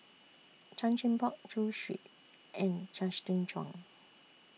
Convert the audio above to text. Chan Chin Bock Zhu Xu and Justin Zhuang